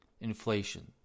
inflation